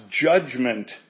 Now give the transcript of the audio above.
judgment